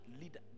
leader